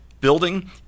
building